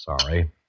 Sorry